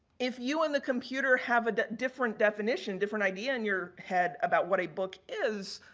if you and the computer have a different definition, different idea in your head about what a book is,